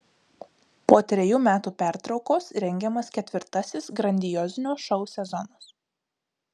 po trejų metų pertraukos rengiamas ketvirtasis grandiozinio šou sezonas